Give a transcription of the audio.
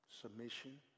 Submission